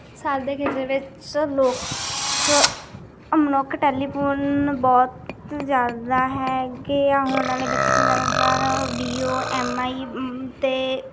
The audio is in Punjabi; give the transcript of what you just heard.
ਸਾਡੇ ਖੇਤਰ ਵਿੱਚ ਲੋਕ ਮਨੁੱਖ ਟੈਲੀਫੋਨ ਬਹੁਤ ਜਿਆਦਾ ਹੈ ਅੱਗੇ ਆਉਣ ਵਾਲੇ ਬੱਚੇ ਜ਼ਿਆਦਾਤਰ ਬੀਓ ਐਮਆਈ ਹਮ ਅਤੇ